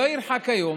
לא ירחק היום,